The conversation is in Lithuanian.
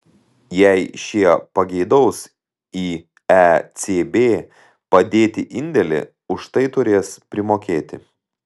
jei šie pageidaus į ecb padėti indėlį už tai turės primokėti